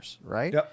right